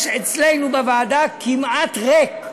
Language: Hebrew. יש אצלנו בוועדה, כמעט ריק,